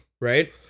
Right